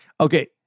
okay